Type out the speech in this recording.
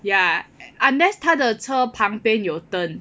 ya unless 他的车旁边有灯